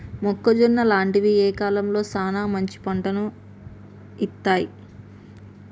మొక్కజొన్న లాంటివి ఏ కాలంలో సానా మంచి పంటను ఇత్తయ్?